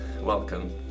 Welcome